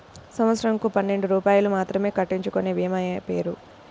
సంవత్సరంకు పన్నెండు రూపాయలు మాత్రమే కట్టించుకొనే భీమా పేరు?